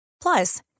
Plus